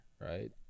right